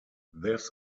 this